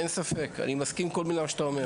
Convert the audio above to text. אין ספק, אני מסכים עם כל מילה שאתה אומר.